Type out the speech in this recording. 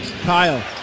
Kyle